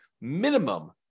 minimum